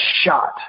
shot